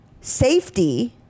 safety